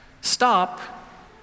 stop